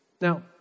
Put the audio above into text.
Now